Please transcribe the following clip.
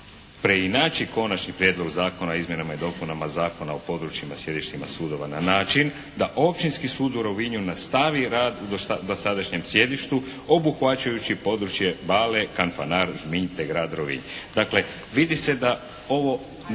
preinači Konačni prijedlog Zakona o izmjenama i dopunama Zakona o područjima i sjedištima sudova na način da Općinski sud u Rovinju nastavi rad u dosadašnjem sjedištu obuhvaćajući područje Vale, Kanfanar, Žminj te grad Rovinj.